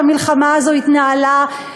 כשהמלחמה הזאת התנהלה,